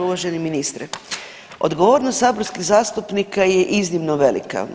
Uvaženi ministre, odgovornost saborskih zastupnika je iznimno velika.